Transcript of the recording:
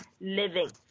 Living